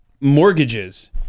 Mortgages